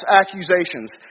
accusations